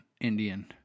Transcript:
Indian